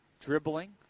Dribbling